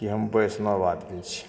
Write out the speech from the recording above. कि हम वैष्णव आदमी छी